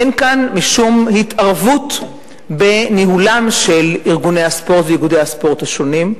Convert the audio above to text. אין כאן משום התערבות בניהולם של ארגוני הספורט ואיגודי הספורט השונים.